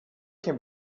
can